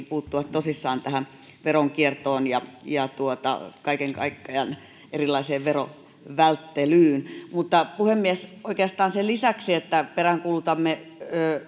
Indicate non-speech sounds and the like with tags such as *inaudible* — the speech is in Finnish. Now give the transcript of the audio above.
*unintelligible* puuttua tosissaan tähän veronkiertoon ja ja kaiken kaikkiaan erilaiseen verovälttelyyn mutta puhemies oikeastaan sen lisäksi että peräänkuulutamme